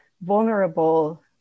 vulnerable